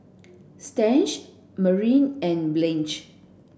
Stan Mariah and Blanch